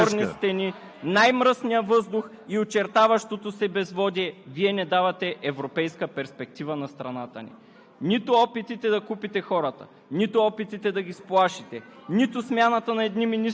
С вноса на боклук, бетонираното Черноморие и хотелите – подпорни стени, най-мръсния въздух и очертаващото се безводие, Вие не давате европейска перспектива на страната ни.